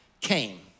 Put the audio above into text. came